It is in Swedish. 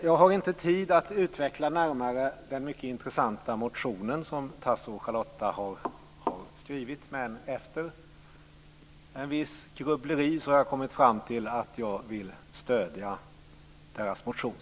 Jag har inte tid att närmare utveckla den mycket intressanta motion som Tasso Stafilidis och Charlotta L Bjälkebring har skrivit, men efter ett visst grubbleri har jag kommit fram till att jag vill stödja deras motion.